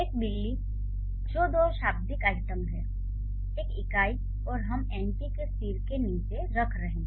एक बिल्ली जो दो शाब्दिक आइटम हैं एक इकाई और हम एनपी के सिर के नीचे रख रहे हैं